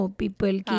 people